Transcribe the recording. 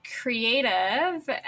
creative